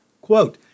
Quote